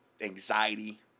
anxiety